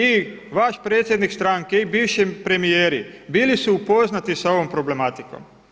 I vaš predsjednik stranke i bivši premijeri bili su upoznati sa ovom problematikom.